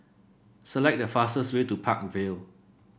select the fastest way to Park Vale